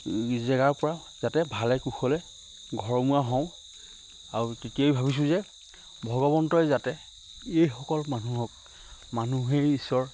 জেগাৰ পৰা যাতে ভালে কুশলে ঘৰমুৱা হওঁ আৰু তেতিয়াই ভাবিছোঁ যে ভগৱন্তই যাতে এইসকল মানুহক মানুহেই ঈশ্বৰ